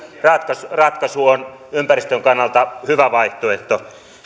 ratkaisu ratkaisu on ympäristön kannalta hyvä vaihtoehto